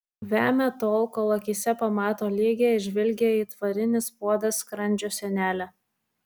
vemia tol kol akyse pamato lygią ir žvilgią it varinis puodas skrandžio sienelę